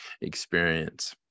experience